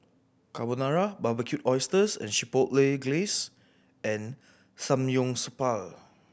Carbonara Barbecued Oysters with Chipotle Glaze and Samgyeopsal